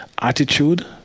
attitude